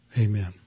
Amen